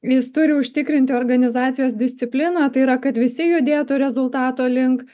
jis turi užtikrinti organizacijos discipliną tai yra kad visi judėtų rezultato link